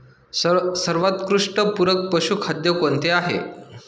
सर्वोत्कृष्ट पूरक पशुखाद्य कोणते आहे?